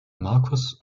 markus